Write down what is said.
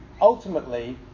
ultimately